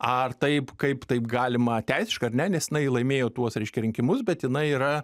ar taip kaip taip galima teisiškai ar ne nes jinai laimėjo tuos reiškia rinkimus bet jinai yra